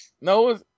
No